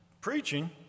Preaching